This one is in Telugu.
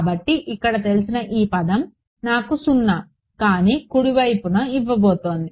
కాబట్టి ఇక్కడ తెలిసిన ఈ పదం నాకు సున్నా కాని కుడి వైపును ఇవ్వబోతోంది